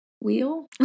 Wheel